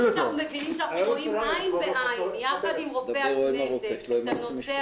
אם אנחנו מבינים שאנחנו רואים עין בעין יחד עם רופא הכנסת את הנושא